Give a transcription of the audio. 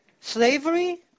Slavery